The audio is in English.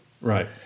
Right